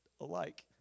alike